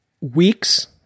weeks